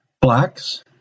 Blacks